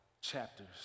chapters